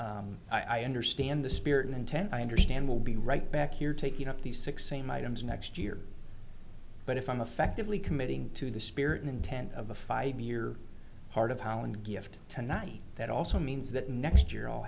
so i understand the spirit and intent i understand will be right back here taking up these six same items next year but if i'm affectively committing to the spirit and intent of a five year part of holland gift tonight that also means that next year i'll